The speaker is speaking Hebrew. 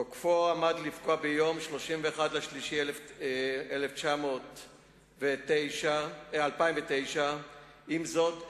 תוקפו עמד לפקוע ביום 31 במרס 2009. עם זאת,